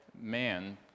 man